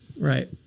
Right